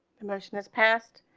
the motion is passed,